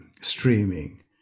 streaming